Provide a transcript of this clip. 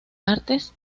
artes